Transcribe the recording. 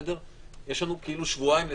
יש לנו שבועיים לתקנות.